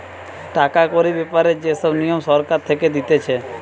টাকা কড়ির ব্যাপারে যে সব নিয়ম সরকার থেকে দিতেছে